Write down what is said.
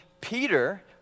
Peter